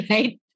Right